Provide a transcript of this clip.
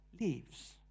leaves